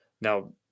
now